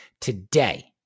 today